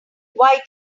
why